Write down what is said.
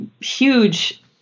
huge